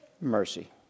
mercy